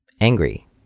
angry